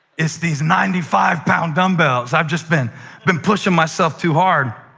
it's these ninety five pound dumbbells. i've just been been pushing myself too hard.